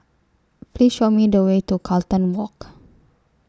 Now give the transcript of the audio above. Please Show Me The Way to Carlton Walk